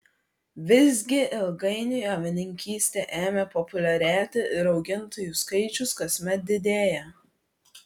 visgi ilgainiui avininkystė ėmė populiarėti ir augintojų skaičius kasmet didėja